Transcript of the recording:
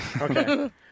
Okay